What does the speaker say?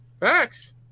Facts